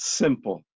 simple